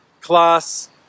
class